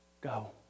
go